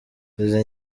izi